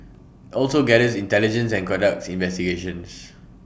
also gathers intelligence and conducts investigations